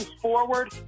forward